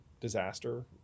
disaster